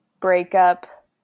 breakup